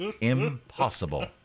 Impossible